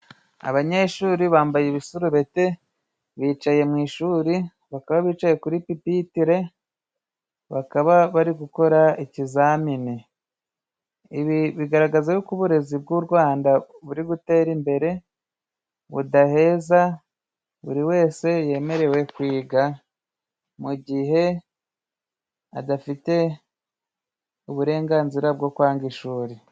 Abanyeshuri bambaye ibisurubeti bicaye mu ishuri. Bakaba bicaye kuri pipitile. Bakaba bari gukora ikizamini. Ibi bigaragaza yuko uburezi bw'u rwanda buri gutera imbere, budaheza ,buri wese yemerewe kwiga, mu gihe adafite uburenganzira bwo kwanga ishuri.